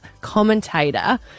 commentator